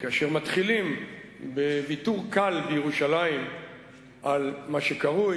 שכאשר מתחילים בוויתור קל בירושלים על מה שקרוי